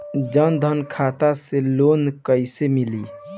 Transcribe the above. जन धन खाता से लोन कैसे मिली?